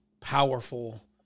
powerful